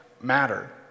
matter